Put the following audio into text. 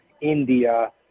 India